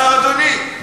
אדוני?